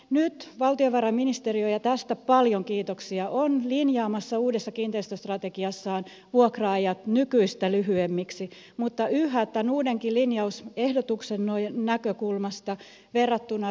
nyt valtiovarainministeriö ja tästä paljon kiitoksia on linjaamassa uudessa kiinteistöstrategiassaan vuokra ajat nykyistä lyhyemmiksi mutta yhä tämän uudenkin linjausehdotuksen näkökulmasta ne ovat pitkiä verrattuna ruotsiin